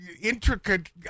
intricate